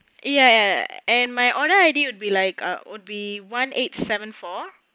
ya ya and my order I_D would be like a would be one eight seven four